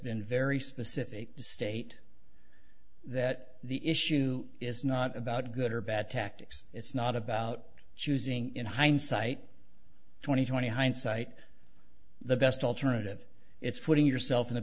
been very specific the state that the issue is not about good or bad tactics it's not about choosing in hindsight twenty twenty hindsight the best alternative it's putting yourself in